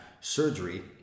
surgery